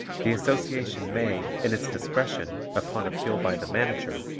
the association may, in its discretion, upon appeal by the manager,